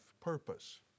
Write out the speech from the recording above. purpose